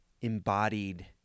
embodied